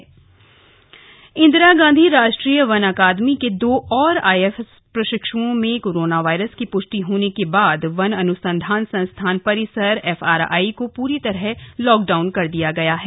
FRI lockdown Indira Gandhi राष्ट्रीय वन अकादमी के दो और आईएफएस प्रशिक्षुओं में कोरोना संक्रमण की प्ष्टि होने के बाद वन अन्संधान संस्थान परिसर एफआरआई को प्री तरह लॉकडाउन कर दिया गया है